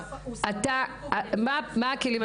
מה הכלים?